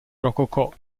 rococò